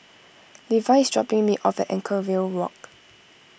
Levie is dropping me off at Anchorvale Walk